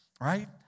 right